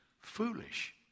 foolish